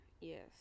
Yes